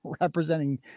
Representing